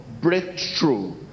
breakthrough